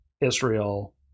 Israel